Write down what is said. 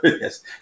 yes